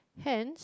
hence